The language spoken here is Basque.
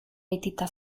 aitita